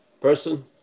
person